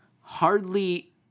hardly